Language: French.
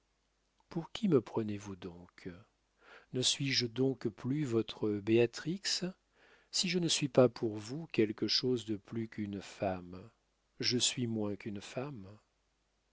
pour qui me prenez-vous donc ne suis-je donc plus votre béatrix si je ne suis pas pour vous quelque chose de plus qu'une femme je suis moins qu'une femme